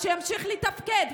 אז שימשיך לתפקד,